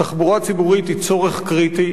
תחבורה ציבורית היא צורך קריטי,